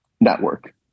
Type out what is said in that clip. network